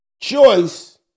choice